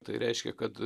tai reiškė kad